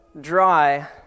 dry